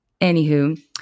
Anywho